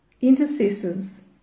Intercessors